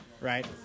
right